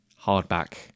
hardback